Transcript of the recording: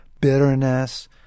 bitterness